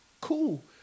cool